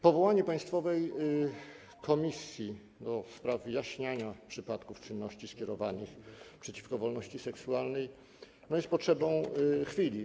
Powołanie Państwowej Komisji do spraw wyjaśniania przypadków czynności skierowanych przeciwko wolności seksualnej jest potrzebą chwili.